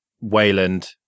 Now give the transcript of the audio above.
Wayland